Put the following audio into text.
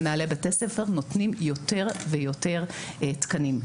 מנהלי בתי הספר נותנים יותר ויותר תקנים.